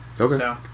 Okay